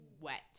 wet